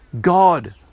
God